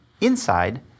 inside